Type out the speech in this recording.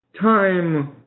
time